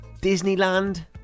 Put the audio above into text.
Disneyland